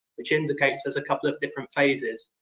which indicates there's a couple of different phases.